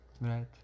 Right